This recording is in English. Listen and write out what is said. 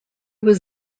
was